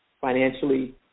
financially